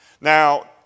Now